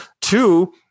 Two